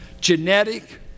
Genetic